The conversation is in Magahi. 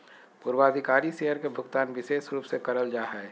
पूर्वाधिकारी शेयर के भुगतान विशेष रूप से करल जा हय